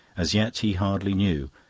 as yet he hardly knew.